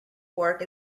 fork